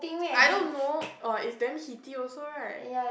I don't know !wah! it's damn heaty also right